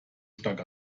stark